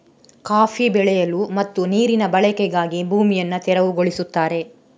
coffee ಬೆಳೆಯಲು ಮತ್ತು ನೀರಿನ ಬಳಕೆಗಾಗಿ ಭೂಮಿಯನ್ನು ತೆರವುಗೊಳಿಸುತ್ತಾರೆ